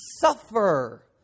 suffer